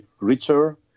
richer